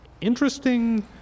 interesting